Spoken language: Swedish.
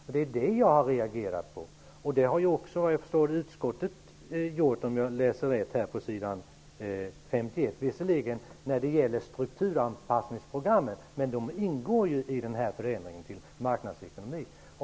Det är detta jag har reagerat på. Det har också utskottet gjort, om jag har uppfattat det som står på s. 51 i betänkandet rätt. Visserligen gäller det strukturanpassningsprogrammet, men det ingår ju i förändringen mot marknadsekonomi.